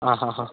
ആ ഹാ ഹാ